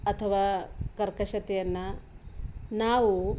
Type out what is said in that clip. ಅಥವಾ ಕರ್ಕಶತೆಯನ್ನು ನಾವು